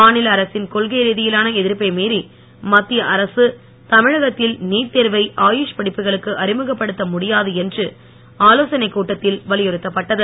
மாநில அரசின் கொள்கை ரீதியிலான எதிர்ப்பை மீறி மத்திய அரசு தமிழகத்தில் நீட்தேர்வை ஆயுஷ் படிப்புகளுக்கு அறிமுகப்படுத்த முடியாது என்று ஆலோசனைக் கூட்டத்தில் வலியுறுத்தப்பட்டது